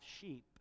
sheep